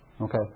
Okay